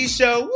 show